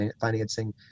financing